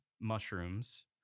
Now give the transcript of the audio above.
mushrooms